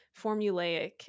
formulaic